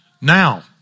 Now